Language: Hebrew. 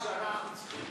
נתקבלה.